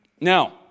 Now